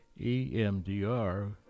EMDR